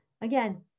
again